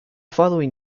following